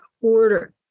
order